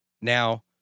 Now